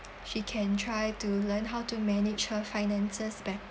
she can try to learn how to manage her finances better